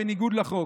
בניגוד לחוק.